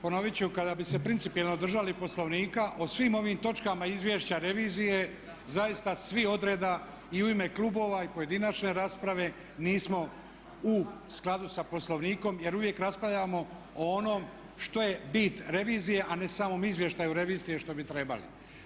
Ponoviti ću, kada bi se principijelno držali Poslovnika o svim ovim točkama izvješća revizije, zaista svi od reda i u ime klubova i pojedinačne rasprave nismo u skladu sa Poslovnikom jer uvijek raspravljamo o onom što je bit revizije a ne samom izvještaju revizije što bi trebali.